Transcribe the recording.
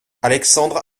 alexandre